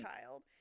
child